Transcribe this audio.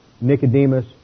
Nicodemus